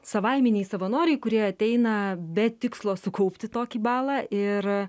savaiminiai savanoriai kurie ateina be tikslo sukaupti tokį balą ir